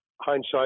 Hindsight